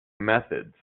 methods